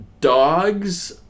dogs